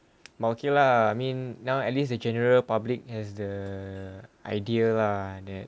but okay lah I mean now at least the general public has the idea lah that